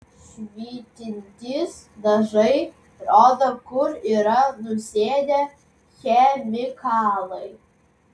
švytintys dažai rodo kur yra nusėdę chemikalai